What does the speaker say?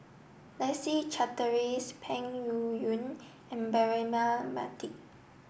Leslie Charteris Peng Yuyun and Braema Mathi